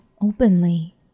openly